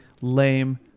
lame